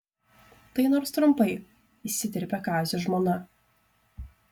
tai nors trumpai įsiterpė kazio žmona